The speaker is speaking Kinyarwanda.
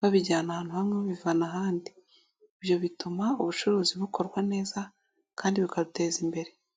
babijyana ahantu hamwe bibivana ahandi, ibyo bituma ubucuruzi bukorwa neza kandi bukaduteza imbere.